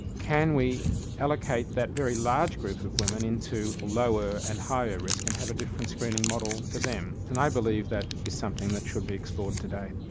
can we allocate that very large group of women into lower and higher risk and have a different screening model for them. and i believe that this is something that should be explored today.